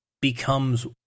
becomes